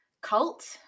Cult